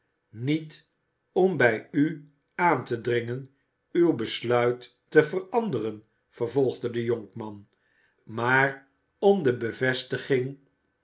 niet om bij u aan te dringen uw besluit te veranderen vervolgde de jonkman maar om de bevestiging